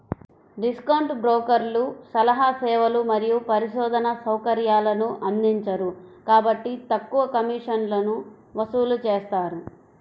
discount బ్రోకర్లు సలహా సేవలు మరియు పరిశోధనా సౌకర్యాలను అందించరు కాబట్టి తక్కువ కమిషన్లను వసూలు చేస్తారు